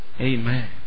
Amen